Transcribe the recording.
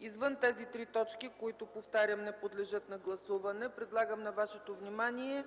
Извън тези три точки, които, повтарям, не подлежат на гласуване, предлагам на Вашето внимание